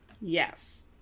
Yes